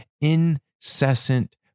incessant